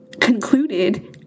concluded